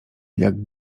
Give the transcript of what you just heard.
jak